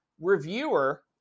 reviewer